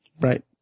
right